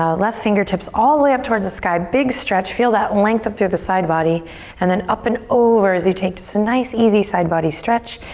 um left fingertips all the way up towards the sky. big stretch, feel that length up through the side body and then up and over as you take just a nice, easy side body stretch.